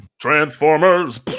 Transformers